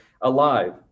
alive